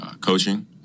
coaching